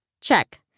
Check